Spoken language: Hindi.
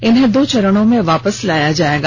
इन्हें दो चरण में वापस लाया जाएगा